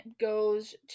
goes